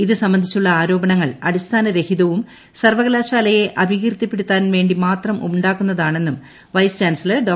ഇതു സംബന്ധിച്ചുള്ള ആരോപണങ്ങൾ അടിസ്ഥാനരഹിതവും സർവ്വകലാശാലയെ അപകീർത്തിപ്പെടുത്താൻ വേണ്ടി മാത്രം ഉണ്ടാക്കുന്നതാണെന്നും വൈസ് ചാൻസലർ ഡോ